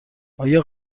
آیا